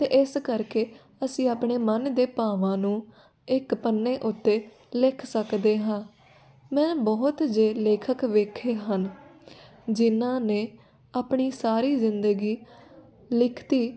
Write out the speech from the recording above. ਅਤੇ ਇਸ ਕਰਕੇ ਅਸੀਂ ਆਪਣੇ ਮਨ ਦੇ ਭਾਵਾਂ ਨੂੰ ਇੱਕ ਪੰਨੇ ਉੱਤੇ ਲਿਖ ਸਕਦੇ ਹਾਂ ਮੈਂ ਬਹੁਤ ਜੇ ਲੇਖਕ ਵੇਖੇ ਹਨ ਜਿਹਨਾਂ ਨੇ ਆਪਣੀ ਸਾਰੀ ਜ਼ਿੰਦਗੀ ਲਿਖਤੀ